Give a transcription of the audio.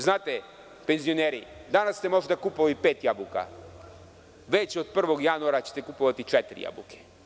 Znate penzioneri, danas ste možda kupili pet jabuka, već od 1. januara ćete kupovati četiri jabuke.